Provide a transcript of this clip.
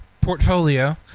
portfolio